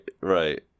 right